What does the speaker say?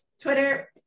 Twitter